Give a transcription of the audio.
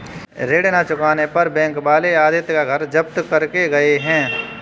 ऋण ना चुकाने पर बैंक वाले आदित्य का घर जब्त करके गए हैं